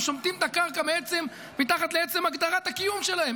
הם שומטים את הקרקע מתחת לעצם הגדרת הקיום שלהם.